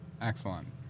Excellent